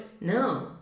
no